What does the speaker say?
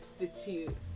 Institute